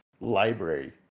library